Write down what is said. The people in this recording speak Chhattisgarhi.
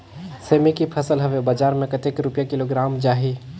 सेमी के फसल हवे बजार मे कतेक रुपिया किलोग्राम जाही?